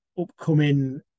upcoming